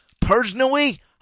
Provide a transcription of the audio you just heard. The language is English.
Personally